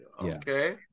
Okay